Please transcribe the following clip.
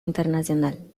internacional